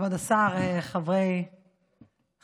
כבוד השר, חברי הכנסת,